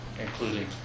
including